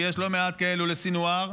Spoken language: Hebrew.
ויש לא מעט כאלה לסנוואר,